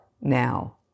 now